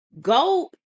go